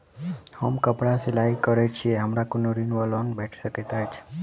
हम कापड़ सिलाई करै छीयै हमरा कोनो ऋण वा लोन भेट सकैत अछि?